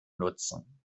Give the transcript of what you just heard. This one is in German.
nutzen